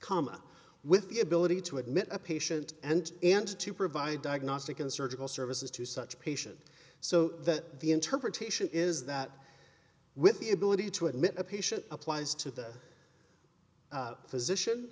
up with the ability to admit a patient and and to provide diagnostic and surgical services to such patients so that the interpretation is that with the ability to admit a patient applies to the physician